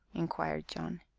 inquired john.